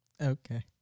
okay